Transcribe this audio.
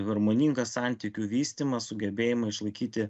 harmoningą santykių vystymą sugebėjimą išlaikyti